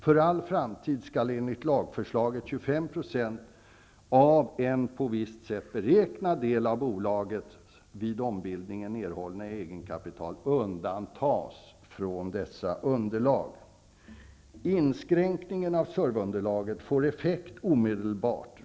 För all framtid skall enligt lagförslaget 25 % av en på visst sätt beräknad del av bolagets vid ombildningen erhållna egenkapital undantas från dessa underlag. Inskränkningen av surv-underlaget får effekt omedelbert.